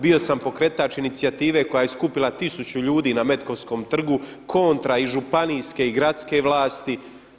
Bio sam pokretač inicijative koja je skupila tisuću ljudi na metkovskom trgu kontra i županijske i gradske vlasti.